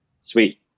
Sweet